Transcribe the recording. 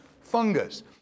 fungus